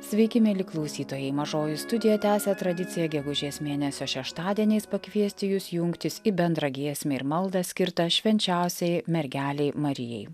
sveiki mieli klausytojai mažoji studija tęsia tradiciją gegužės mėnesio šeštadieniais pakviesti jus jungtis į bendrą giesmę ir maldą skirtą švenčiausiajai mergelei marijai